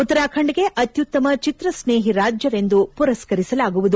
ಉತ್ತರಾಖಂಡ್ ಗೆ ಅತ್ಯುತ್ತಮ ಚಿತ್ರ ಸ್ನೇಹಿ ರಾಜ್ಯವೆಂದು ಪುರಸ್ಕರಿಸಲಾಗುವುದು